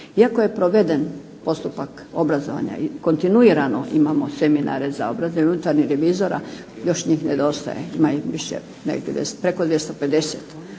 Iako je proveden postupak obrazovanja i kontinuirano imamo seminare za obrazovanje unutarnjih revizora još njih nedostaje. Ima ih preko 250.